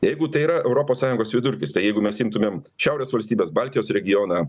jeigu tai yra europos sąjungos vidurkis tai jeigu mes imtumėm šiaurės valstybes baltijos regioną